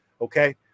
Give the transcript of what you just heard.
okay